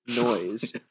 noise